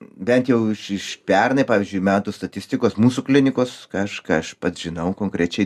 bent jau iš iš pernai pavyzdžiui metų statistikos mūsų klinikos kažką aš pats žinau konkrečiai